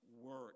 work